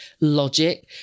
logic